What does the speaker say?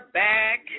back